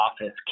office